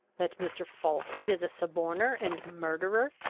that mr. falkland is a suborner and murderer?